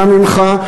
אנא ממך,